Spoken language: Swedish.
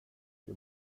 jag